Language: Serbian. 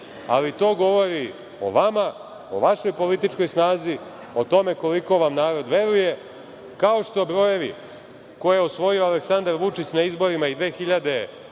ali to govori o vama, o vašoj političkoj snazi, o tome koliko vam narod veruje, kao što brojevi koje je osvojio Aleksandar Vučić na izborima i 2012,